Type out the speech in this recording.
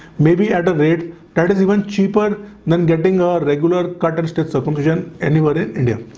maybe at a rate that is even cheaper than getting a regular cartridge that circumcision anywhere in india.